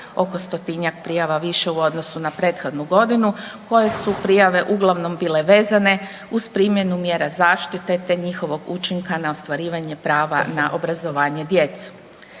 oko stotinjak prijava više u odnosu na prethodnu godinu koje su prijave uglavnom bile vezane uz primjenu mjera zaštite te njihovog učinka na ostvarivanje prava na obrazovanje djece.